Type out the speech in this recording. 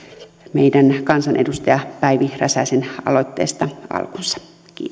meidän kansanedustaja päivi räsäsen aloitteesta alkunsa